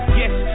yes